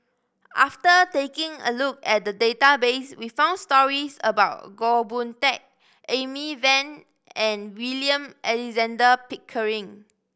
after taking a look at the database we found stories about Goh Boon Teck Amy Van and William Alexander Pickering